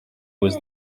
was